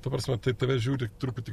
ta prasme tai tave žiūri truputį